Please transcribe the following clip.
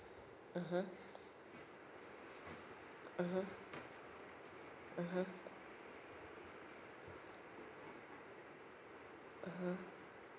mmhmm mmhmm mmhmm mmhmm